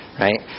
right